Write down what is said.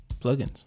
plugins